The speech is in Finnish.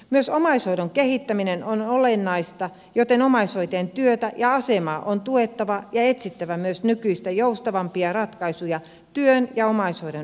myös omaishoidon kehittäminen on olennaista joten omaishoitajien työtä ja asemaa on tuettava ja etsittävä myös nykyistä joustavampia ratkaisuja työn ja omaishoidon yhteensovittamiseen